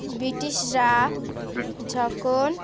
ব্রিটিশরা যখন